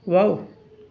wow